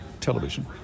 television